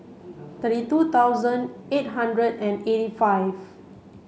thirty two thousand eight hundred and eighty five